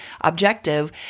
objective